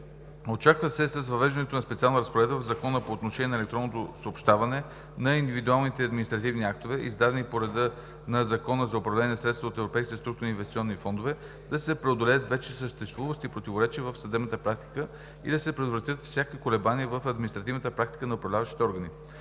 Очаква се с въвеждането на специална разпоредба в Закона по отношение на електронното съобщаване на индивидуалните административни актове, издавани по реда на Закона за управление на средствата от европейските структурни и инвестиционни фондове да се преодолеят вече съществуващи противоречия в съдебната практика и да се предотвратят всякакви колебания в административната практика на управляващите органи.